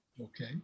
okay